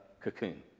cocoon